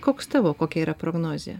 koks tavo kokia yra prognozė